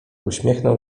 uśmiechnął